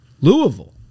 Louisville